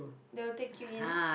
they will take you in